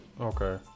Okay